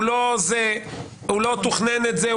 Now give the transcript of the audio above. הוא לא תכנן את זה,